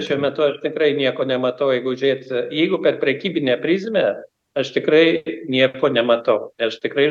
šiuo metu aš tikrai nieko nematau jeigu žiūrėt jeigu per prekybinę prizmę aš tikrai nieko nematau tai aš tikrai